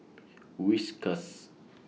Whiskas